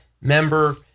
member